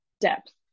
depth